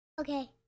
Okay